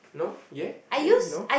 no ya ya no